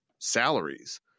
salaries